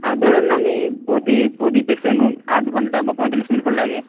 হ্যাঁ ধরুন আমি প্রতি প্রতি পেশেন্ট আধ ঘণ্টা বা পঁয়তাল্লিশ মিনিট করে লাগে